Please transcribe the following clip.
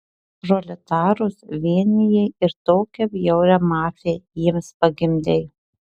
proletarus vienijai ir tokią bjaurią mafiją jiems pagimdei